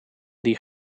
die